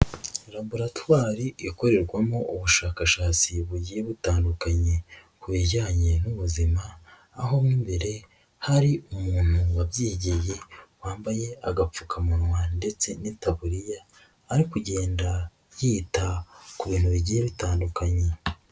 Raboratory ikorerwamo ubushakashatsi bugiye butandukanye ku bijyanye n'ubuzima, aho imbere hari umuntu wabyigiye wambaye agapfukamunwa ,ndetse n'itaburiya ari kugenda yita ku bintu bigiye bitandukanye.